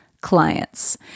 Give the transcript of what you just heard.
clients